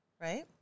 Right